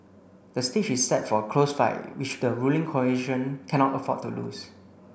the stage is set for a close fight which the ruling coalition cannot afford to lose